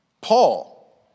Paul